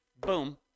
Boom